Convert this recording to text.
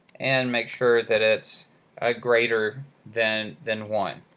and make sure that it's ah greater than than one.